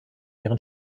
ihren